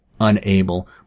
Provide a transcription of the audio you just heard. unable